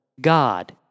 God